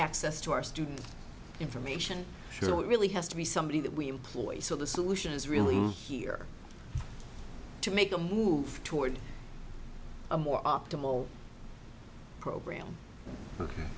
access to our student information sure what really has to be somebody that we employ so the solution is really here to make a move toward a more optimal program